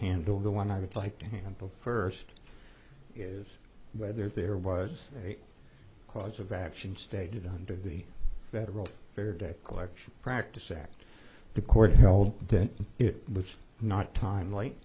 handle the one i would like to handle first is whether there was a cause of action stated under the federal fair debt collection practices act the court held that it was not timely